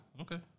okay